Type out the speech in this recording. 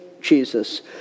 Jesus